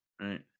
right